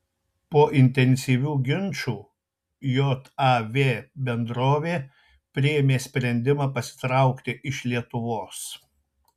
po intensyvių ginčų jav bendrovė priėmė sprendimą pasitraukti iš lietuvos